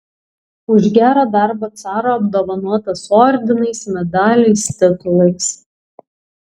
už gerą darbą caro apdovanotas ordinais medaliais titulais